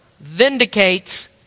vindicates